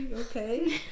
okay